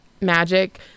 magic